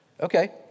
Okay